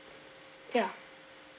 ya